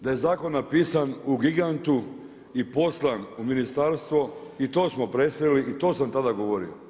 Da je zakon napisan u gigantu, i poslan u ministarstvo i to smo presreli i to sam tada govorio.